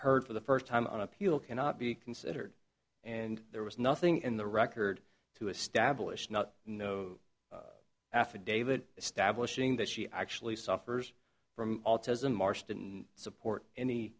heard for the first time on appeal cannot be considered and there was nothing in the record to establish not no affidavit establishing that she actually suffers from autism marston support any